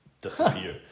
disappear